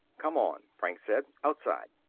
come on, franks said. outside.